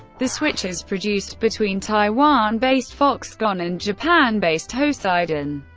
the switch is produced between taiwan-based foxconn and japan-based hosiden,